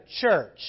church